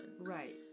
Right